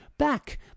back